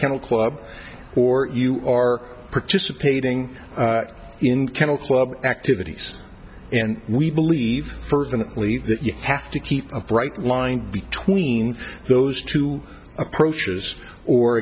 kennel club or you are participating in kennel club activities and we believe fervently that you have to keep a bright line between those two approaches or